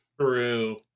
True